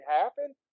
happen